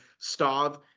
Stav